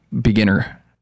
beginner